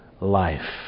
life